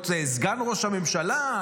להיות סגן ראש הממשלה?